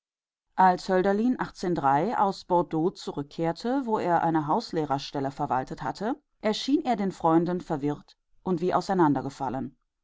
als hölderlin aus bordeaux zurückkehrte wo er eine hauslehrerstelle verwaltet hatte erschien er den freunden verwirrt und auseinandergefallen